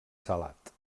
salat